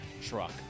truck